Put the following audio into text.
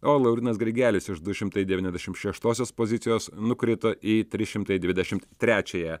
o laurynas grigelis iš du šimtai devyniadešim šeštosios pozicijos nukrito į trys šimtai dvidešimt trečiąją